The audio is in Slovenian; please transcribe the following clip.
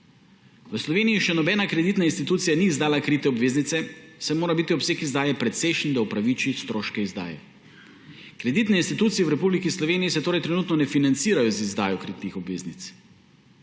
V Sloveniji še nobena kreditna institucija ni izdala krite obveznice, saj mora biti obseg izdaje precejšen, da upraviči stroške izdaje. Kreditne institucije v Republiki Sloveniji se torej trenutno ne financirajo z izdajo kritih obveznic.